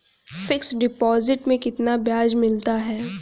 Fix deposit में कितना ब्याज मिलता है?